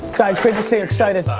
guys great to see you. excited.